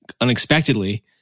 unexpectedly